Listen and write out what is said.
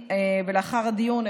ולאחר הדיון,